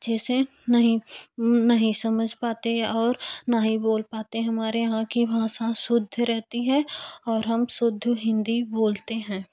अच्छे से नहीं नहीं समझ पाते हैं और नहीं बोल पाते हैं हमारे यहाँ की भाषा शुद्ध रहती है और हम शुद्ध हिंदी बोलते हैं